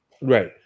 right